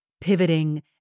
pivoting